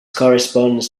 corresponds